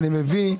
מביא,